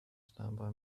standby